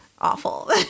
awful